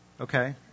Okay